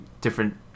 different